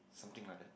something like that